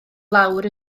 lawr